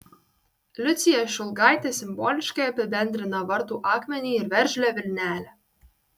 liucija šulgaitė simboliškai apibendrina vartų akmenį ir veržlią vilnelę